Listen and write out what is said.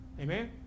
Amen